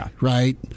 right